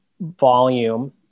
volume